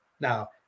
Now